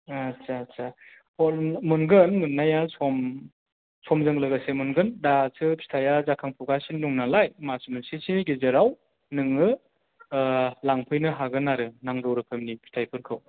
आथ्सा आथ्सा अ मोनगोन मोननाया सम समजों लोगोसे मोनगोन दासो फिथाइआ जाखांफुगासिनो दं नालाय मास मोनसेसोनि गेजेराव नोङो ओ लांफैनो हागोन आरो नांगौ रोखोमनि फिथाइफोरखौ